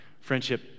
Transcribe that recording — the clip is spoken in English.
Friendship